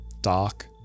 dark